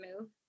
move